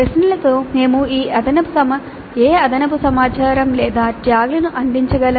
ప్రశ్నలతో మేము ఏ అదనపు సమాచారం లేదా ట్యాగ్లను అందించగలం